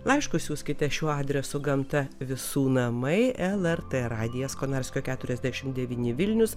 laiškus siųskite šiuo adresu gamta visų namai lrt radijas konarskio keturiasdešimt devyni vilnius